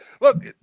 look